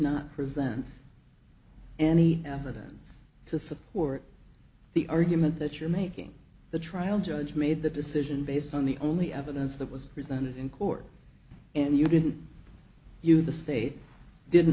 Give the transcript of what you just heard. not present any evidence to support the argument that you're making the trial judge made the decision based on the only evidence that was presented in court and you didn't you the state didn't